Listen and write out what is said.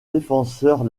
défenseur